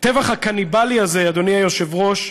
הטבח הקניבלי הזה, אדוני היושב-ראש,